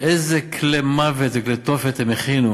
איזה כלי מוות וכלי תופת הם הכינו